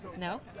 No